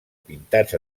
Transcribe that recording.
pintats